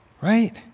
Right